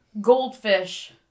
goldfish